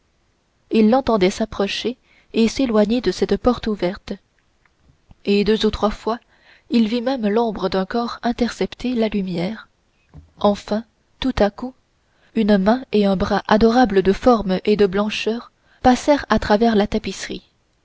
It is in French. il l'entendait s'approcher et s'éloigner de cette porte ouverte et deux ou trois fois il vit même l'ombre d'un corps intercepter la lumière enfin tout à coup une main et un bras adorables de forme et de blancheur passèrent à travers la tapisserie